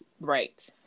right